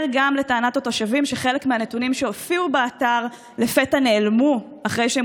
לטענת התושבים מתברר גם שחלק מהנתונים שהופיעו באתר נעלמו לפתע,